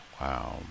Wow